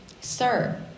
Sir